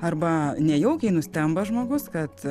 arba nejaukiai nustemba žmogus kad